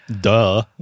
duh